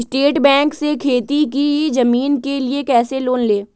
State bank से खेती की जमीन के लिए कैसे लोन ले?